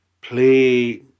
play